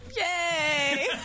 Yay